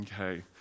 Okay